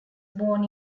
born